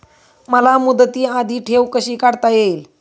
मला मुदती आधी ठेव कशी काढता येईल?